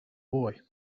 boy